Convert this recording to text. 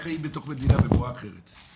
איך חיים בתוך מדינה בבועה אחרת?